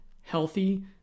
healthy